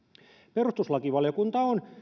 perustuslakivaliokunta on